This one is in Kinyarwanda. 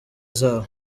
zabo